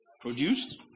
produced